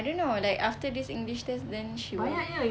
I don't know like after this english test then she will